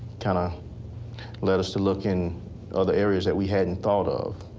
kind of led us to look in other areas that we hadn't thought of.